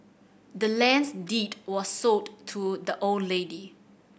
the land's deed was sold to the old lady